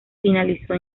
finalizó